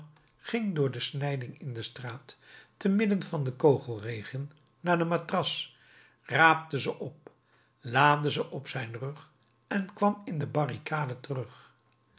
ging door de snijding in de straat te midden van den kogelregen naar de matras raapte ze op laadde ze op zijn rug en kwam in de barricade terug